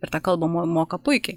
ir tą kalbą mo moka puikiai